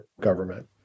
government